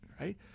right